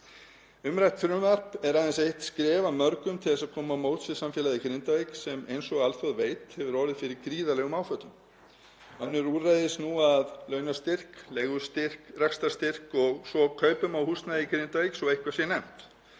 Umrætt frumvarp er aðeins eitt skref af mörgum til að koma til móts við samfélagið í Grindavík sem eins og alþjóð veit hefur orðið fyrir gríðarlegum áföllum. Önnur úrræði snúa að launastyrk, leigustyrk, rekstrarstyrk og svo kaupum á húsnæði í Grindavík svo eitthvað sé nefnt.